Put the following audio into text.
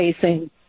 facing